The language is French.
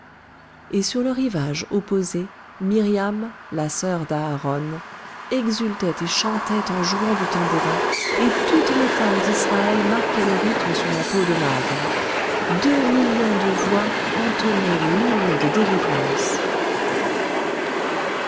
et sur le rivage opposé miriam la sœur d'aharon exultait et chantait en jouant du tambourin et toutes les femmes d'israël marquaient le rythme sur la peau d'onagre deux millions de voix entonnaient l'hymne de délivrance